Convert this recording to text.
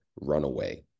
Runaway